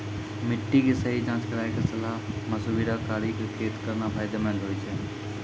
मिट्टी के सही जांच कराय क सलाह मशविरा कारी कॅ खेती करना फायदेमंद होय छै